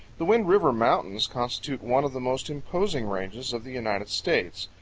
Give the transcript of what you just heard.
the wind river mountains constitute one of the most imposing ranges of the united states.